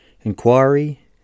inquiry